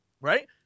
Right